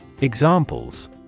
Examples